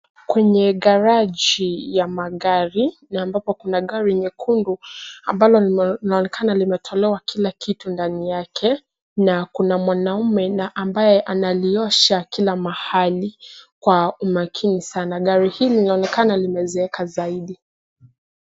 Kwenye garaji ya magari na ambapo kuna gari nyekundu ambalo linaonekana limetolewa kila kitu ndani yake, na kuna mwanaume na ambaye analiosha kila mahali kwa umakini sana. Gari hili linaonekana limezeeka zaidi.